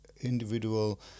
individual